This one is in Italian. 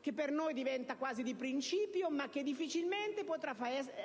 che per noi è quasi di principio, ma che difficilmente potrà